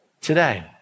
today